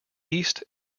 east